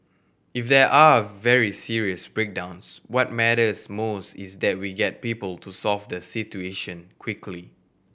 if there are very serious breakdowns what matters most is that we get people to solve the situation quickly